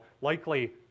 likely